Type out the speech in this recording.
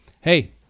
Hey